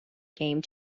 game